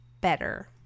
better